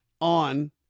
on